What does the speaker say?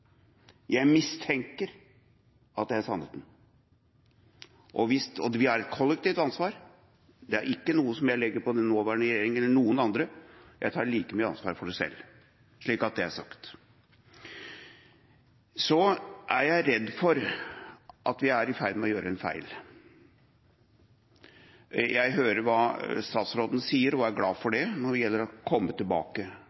Jeg mistenker at det er sannheten. Vi har et kollektivt ansvar – det er ikke noe som jeg legger på den nåværende regjering eller noen andre, jeg tar like mye ansvar for det selv. Så er det sagt. Så er jeg redd for at vi er i ferd med å gjøre en feil. Jeg hører hva statsråden sier – og er glad for